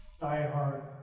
diehard